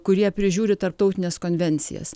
kurie prižiūri tarptautines konvencijas